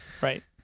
Right